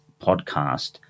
podcast